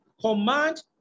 command